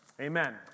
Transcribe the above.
Amen